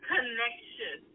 connection